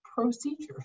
procedures